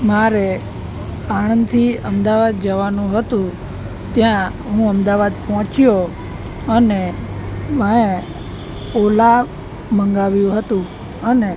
મારે આણંદથી અમદાવાદ જવાનું હતું ત્યાં હું અમદાવાદ પહોંચ્યો અને મેં ઓલા મગાવ્યું હતું અને